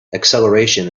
acceleration